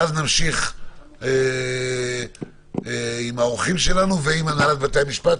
הכנסת יואב סגלוביץ' ואז נמשיך עם האורחים שלנו ועם הנהלת בתי המשפט,